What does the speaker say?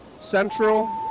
Central